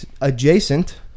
Adjacent